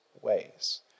ways